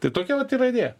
tai tokia vat yra idėja